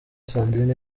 sandrine